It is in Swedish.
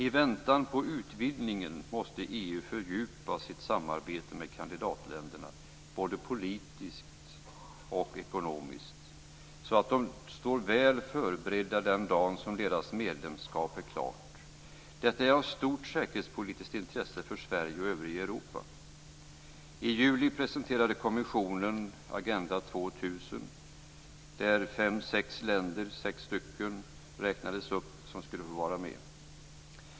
I väntan på utvidgningen måste EU fördjupa sitt samarbete med kandidatländerna både politiskt och ekonomiskt så att de står väl förberedda den dagen som deras medlemskap är klart. Detta är av stort säkerhetspolitiskt intresse för Sverige och övriga I juli presenterade kommissionen Agenda 2000 där sex länder som skulle få vara med räknades upp.